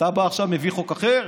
אתה בא עכשיו, מביא חוק אחר